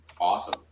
Awesome